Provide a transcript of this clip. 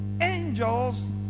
angels